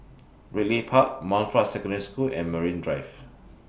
Ridley Park Montfort Secondary School and Marine Drive